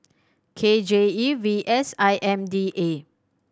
K J E V S I M D A